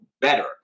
Better